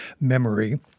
memory